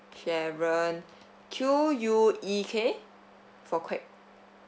sharon Q U E K for quek